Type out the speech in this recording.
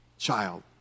child